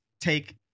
take